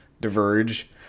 diverge